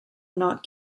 not